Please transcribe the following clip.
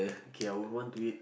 K I will want to eat